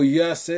yes